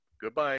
goodbye